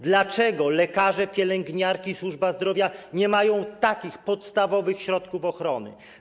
Dlaczego lekarze, pielęgniarki, służba zdrowia nie mają podstawowych środków ochrony?